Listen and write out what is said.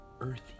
earthy